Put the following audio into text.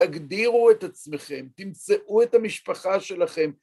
תגדירו את עצמכם, תמצאו את המשפחה שלכם.